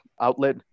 outlet